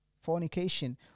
fornication